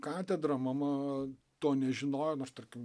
katedra mama to nežinojo nors tarkim